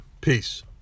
Peace